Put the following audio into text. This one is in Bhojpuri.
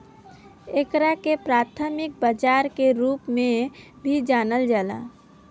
एकरा के प्राथमिक बाजार के रूप में भी जानल जाला